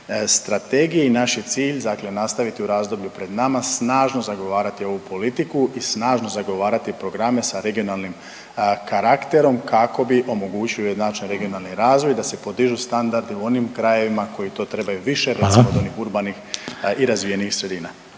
strategije i naš je cilj dakle nastaviti u razdoblju pred nama snažno zagovarati ovu politiku i snažno zagovarati programe sa regionalnim karakterom, kako bi omogućili ujednačeni regionalni razvoj, da se podižu standardi u onim krajevima koji to trebaju više, recimo … .../Upadica: Hvala./... … od onih urbanih i razvijenijih sredina.